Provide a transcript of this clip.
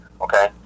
Okay